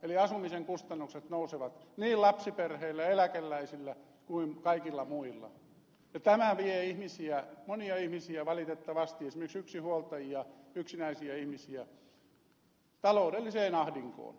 eli asumisen kustannukset nousevat niin lapsiperheillä eläkeläisillä kuin kaikilla muilla ja tämä vie monia ihmisiä valitettavasti esimerkiksi yksinhuoltajia yksinäisiä ihmisiä taloudelliseen ahdinkoon